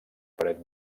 paret